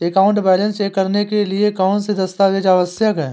Account balance check करने के लिए कौनसे दस्तावेज़ आवश्यक हैं?